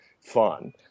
fun